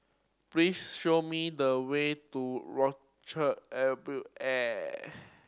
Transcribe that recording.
please show me the way to Orchard Air Bel Air